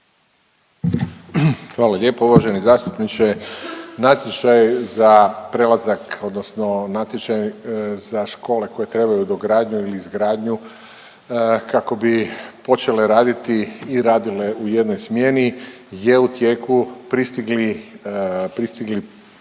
Hvala lijepo uvaženi zastupniče. Natječaj za prelazak odnosno natječaj za škole koje trebaju dogradnju ili izgradnju kako bi počele raditi i radile u jednoj smjeni je u tijeku pristigli